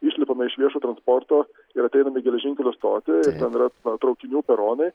išlipame iš viešo transporto ir ateiname į geležinkelio stotį yra na traukinių peronai